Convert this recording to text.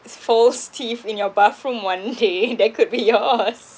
false teeth in your bathroom one day that could be yours